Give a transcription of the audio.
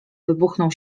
wybuchnął